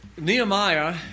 Nehemiah